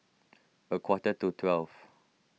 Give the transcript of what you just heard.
a quarter to twelve